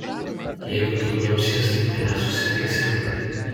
jeigu tu grumsies tai mes susipyksime